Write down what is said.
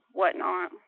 whatnot